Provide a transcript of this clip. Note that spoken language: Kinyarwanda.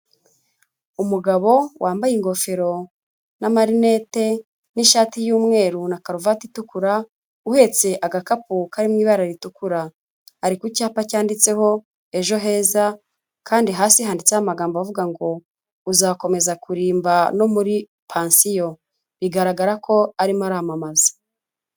Umugabo wambaye ingofero n'amarinete n'ishati y'umweru na karuvati itukura, uhetse agakapu kari mu ibara ritukura, ari ku cyapa cyanditseho ejo heza kandi hasi handitseho amagambo avuga ngo:" uzakomeza kurimba no muri pansiyo, bigaragara ko arimo aramamaza.